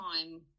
time